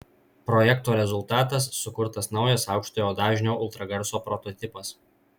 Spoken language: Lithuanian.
projekto rezultatas sukurtas naujas aukštojo dažnio ultragarso prototipas